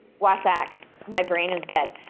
wsac, my brain is dead.